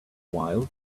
while